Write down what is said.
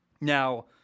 Now